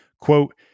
quote